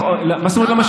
אז למה אמרת אין, מרחוק?